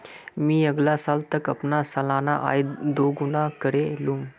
मी अगला साल तक अपना सालाना आय दो गुना करे लूम